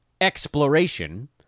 exploration